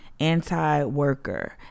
anti-worker